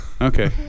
okay